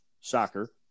soccer